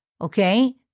okay